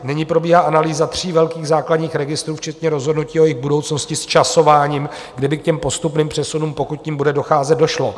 Nyní probíhá analýza tří velkých základních registrů včetně rozhodnutí o jejich budoucnosti s časováním, kdyby k těm postupným přesunům, pokud k nim bude docházet, došlo.